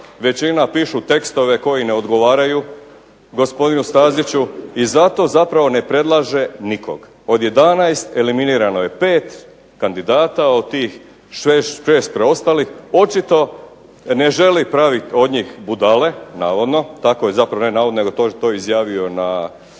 većina pišu tekstove koji ne odgovaraju gospodinu Staziću, i zato zapravo ne predlaže nikog. Od 11 eliminirano je 5 kandidata. Od tih 6 preostalih očito ne želi praviti od njih budale, navodno, tako je zapravo, ne navodno nego je to izjavio na